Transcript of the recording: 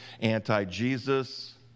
anti-Jesus